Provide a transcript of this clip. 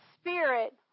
spirit